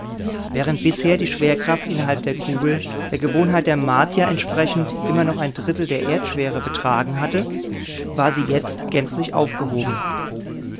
während bisher die schwerkraft innerhalb der kugel der gewohnheit der martier entsprechend immer noch ein drittel der erdschwere betragen hatte war sie jetzt gänzlich aufgehoben